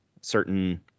certain